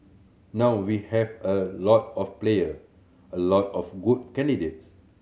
now we have a lot of player a lot of good candidates